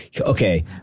okay